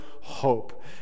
hope